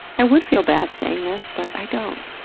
i would feel bad saying this, but i don't.